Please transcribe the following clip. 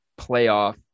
Playoff